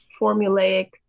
formulaic